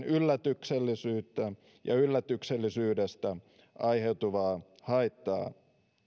yllätyksellisyyttä ja yllätyksellisyydestä aiheutuvaa haittaa